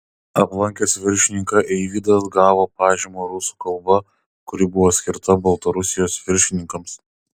aplankęs viršininką eivydas gavo pažymą rusų kalba kuri buvo skirta baltarusijos viršininkams